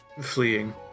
fleeing